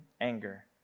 anger